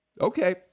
Okay